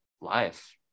life